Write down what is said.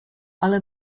ale